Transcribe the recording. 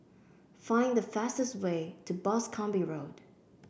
find the fastest way to Boscombe Road